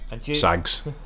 Sags